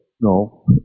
No